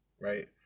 right